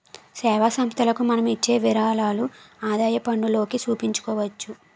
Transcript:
సేవా సంస్థలకు మనం ఇచ్చే విరాళాలు ఆదాయపన్నులోకి చూపించుకోవచ్చు